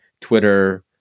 Twitter